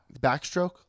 backstroke